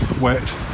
wet